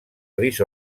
ris